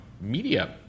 media